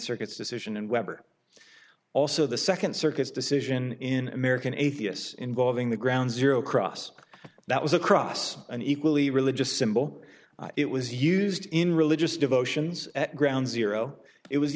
circuit's decision and weber also the second circuit's decision in american atheists involving the ground zero cross that was across an equally religious symbol it was used in religious devotion at ground zero it was